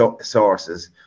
sources